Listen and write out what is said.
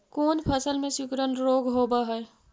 कोन फ़सल में सिकुड़न रोग होब है?